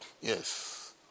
Yes